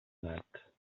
nat